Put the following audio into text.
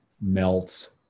melts